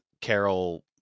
Carol